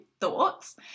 thoughts